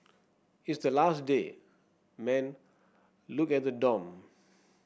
it's the last day man look at the dorm